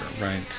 right